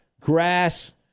grass